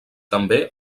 també